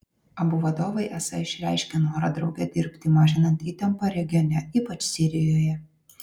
abu vadovai esą išreiškė norą drauge dirbti mažinant įtampą regione ypač sirijoje